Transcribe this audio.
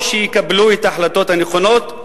או שיקבלו את ההחלטות הנכונות,